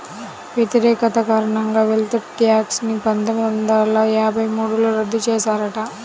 వ్యతిరేకత కారణంగా wealth tax ని పందొమ్మిది వందల యాభై మూడులో రద్దు చేశారట